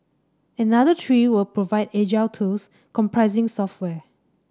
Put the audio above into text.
another three will provide agile tools comprising software